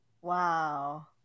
Wow